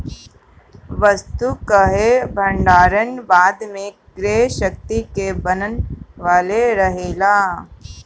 वस्तु कअ भण्डारण बाद में क्रय शक्ति के बनवले रहेला